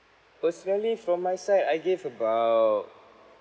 was nearly from my side I gave about